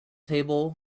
table